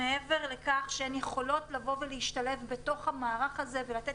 מעבר לכך שהן יכולות לבוא ולהשתלב בתוך המערך הזה ולתת